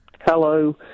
Hello